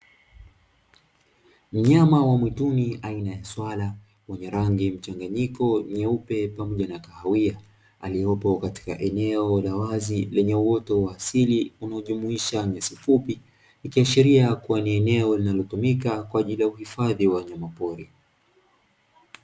Mnyama wa mwituni aina ya swala mwenye rangi mchanganyiko nyeupe pamoja na ya kahawia aliopo katika eneo la wazi lenye uoto wa asili unaojumuisha nyasi fupi, ikiashiria kuwa ni eneo linalotumika kwa ajili ya hifadhi ya wanyama pori.